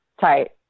tight